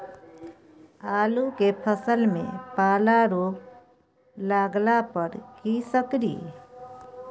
आलू के फसल मे पाला रोग लागला पर कीशकरि?